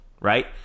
right